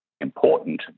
important